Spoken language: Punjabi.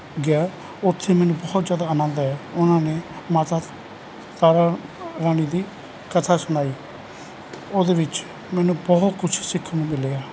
ਗਿਆ ਉੱਥੇ ਮੈਨੂੰ ਬਹੁਤ ਜ਼ਿਆਦਾ ਆਨੰਦ ਆਇਆ ਉਹਨਾਂ ਨੇ ਮਾਤਾ ਤਾਰਾ ਰਾਣੀ ਦੀ ਕਥਾ ਸੁਣਾਈ ਉਹਦੇ ਵਿੱਚ ਮੈਨੂੰ ਬਹੁਤ ਕੁਛ ਸਿੱਖਣ ਨੂੰ ਮਿਲਿਆ